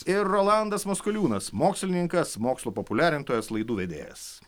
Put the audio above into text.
ir rolandas maskoliūnas mokslininkas mokslo populiarintojas laidų vedėjas